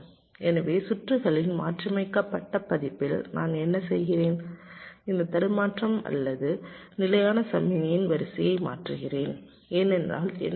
எனவே சுற்றுகளின் மாற்றியமைக்கப்பட்ட பதிப்பில் நான் என்ன செய்கிறேன் இந்த தடுமாற்றம் அல்லது நிலையான சமிக்ஞையின் வரிசையை மாற்றுகிறேன் ஏனென்றால் என்ன நடக்கும்